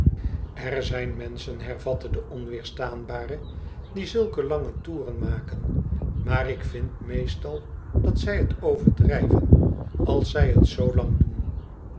er zijn menschen hervatte de onweerstaanbare die zulke lange toeren maken maar ik vind meestal dat zij het overdrijven als zij het zoo lang doen